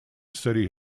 city